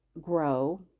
grow